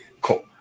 Cool